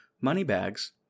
Moneybags